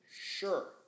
sure